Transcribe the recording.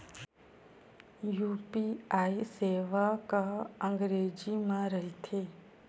UPI सेवा का अंग्रेजी मा रहीथे?